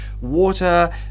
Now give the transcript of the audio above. water